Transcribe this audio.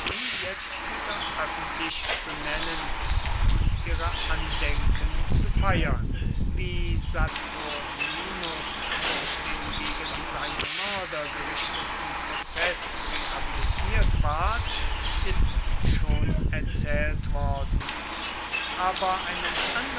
jetzt wieder öffentlich zu nennen und ihre andenken zu feiern wie saturninus durch den gegen seinen mörder gerichteten prozeß rehabilitiert ward ist schon erzählt worden aber einen